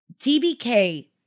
TBK